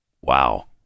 Wow